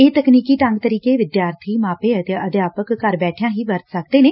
ਇਹ ਤਕਨੀਕੀ ਢੰਗ ਤਰੀਕੇ ਵਿਦਿਆਰਬੀ ਮਾਪੇ ਅਤੇ ਅਧਿਆਪਕ ਘਰ ਬੈਠਿਆਂ ਵੀ ਵਰਤ ਸਕਦੇ ਨੇ